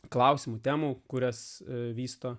klausimų temų kurias vysto